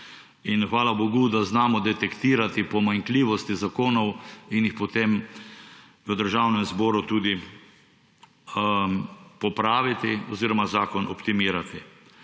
in hvala bogu, da znamo detektirati pomanjkljivosti zakonov in jih potem v Državnem zboru tudi popraviti oziroma zakon optimirati.